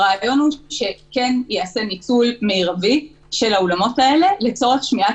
הרעיון הוא שייעשה ניצול מרבי של האולמות האלה לצורך שמיעת